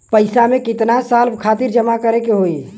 पैसा के कितना साल खातिर जमा करे के होइ?